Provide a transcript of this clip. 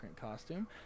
costume